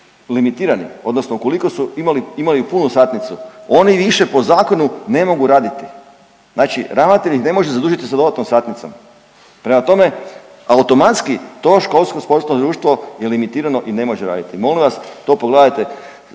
limitirani odnosno ukoliko imaju punu satnicu oni više po zakonu ne mogu raditi. Znači ravnatelj ih ne može zadužiti sa dodatnom satnicom. Prema tome, automatski to školsko sportsko društvo je limitirano i ne može raditi. Molim vas to pogledajte.